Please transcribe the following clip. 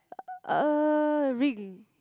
uh ring